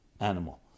animal